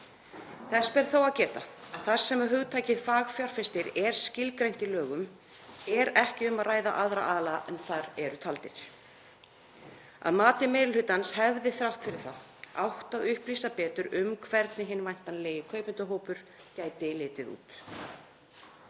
Þess ber þó að geta að þar sem hugtakið fagfjárfestir er skilgreint í lögum er ekki um að ræða aðra aðila en þar eru taldir. Að mati meiri hlutans hefði þrátt fyrir það átt að upplýsa betur um hvernig hinn væntanlegi kaupendahópur gæti litið út.